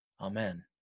Amen